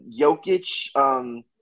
Jokic